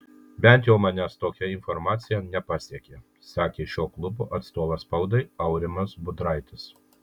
bent jau manęs tokia informacija nepasiekė sakė šio klubo atstovas spaudai aurimas budraitis